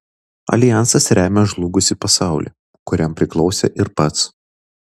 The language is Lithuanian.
aljansas remia žlugusį pasaulį kuriam priklausė ir pats